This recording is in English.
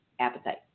appetite